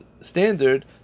standard